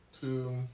two